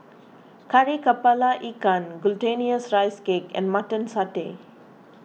Kari Kepala Ikan Glutinous Rice Cake and Mutton Satay